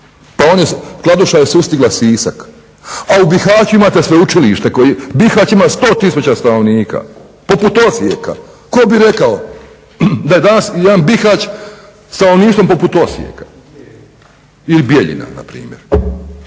Pa Kladuša je sustigla Sisak, a u Bihaću imate sveučilište. Bihać ima 100000 stanovnika, poput Osijeka. Ko bi rekao da je danas jedan Bihać stanovništvom poput Osijeka ili Bijeljina na primjer.